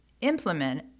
implement